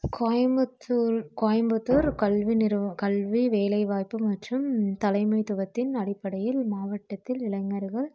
கோயம்புத்தூர் கோயம்புத்தூர் கல்வி நிறுவ கல்வி வேலைவாய்ப்பு மற்றும் தலைமைத்துவத்தின் அடிப்படியில் மாவட்டத்தில் இளைஞர்கள்